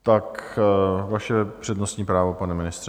Tak vaše přednostní právo, pane ministře.